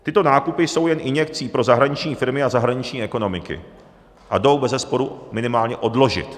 Tyto nákupy jsou jen injekcí pro zahraniční firmy a zahraniční ekonomiky a jdou bezesporu minimálně odložit.